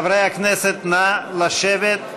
חברי הכנסת, נא לשבת.